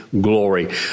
glory